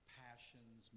passions